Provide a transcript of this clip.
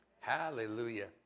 Hallelujah